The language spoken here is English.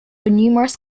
numerous